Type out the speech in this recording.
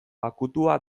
akutua